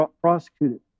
prosecuted